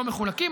לא מחולקים,